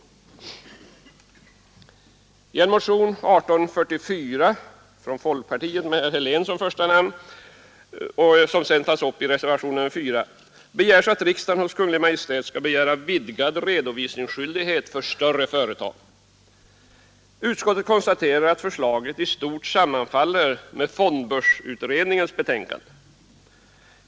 I motionen 1844 från folkpartiet med herr Helén som första namn, vilken tas upp i reservationen 4, begärs att riksdagen hos Kungl. Maj:t skall begära vidgad redovisningsskyldighet för större företag. Utskottet konstaterar att förslaget i stort sammanfaller med fondbörsutredningens betänkande.